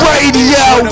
Radio